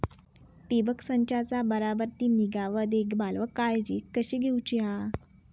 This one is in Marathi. ठिबक संचाचा बराबर ती निगा व देखभाल व काळजी कशी घेऊची हा?